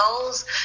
goals